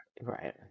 Right